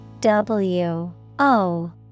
W-O